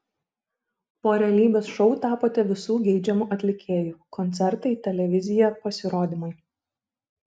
po realybės šou tapote visų geidžiamu atlikėju koncertai televizija pasirodymai